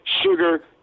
sugar